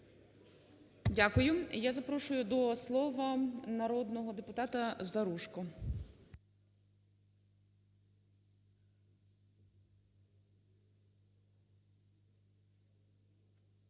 Дякую. Я запрошую до слова народного депутатаЗаружко.